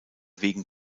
wegen